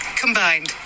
Combined